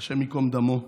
השם ייקום דמו,